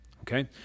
Okay